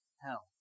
hell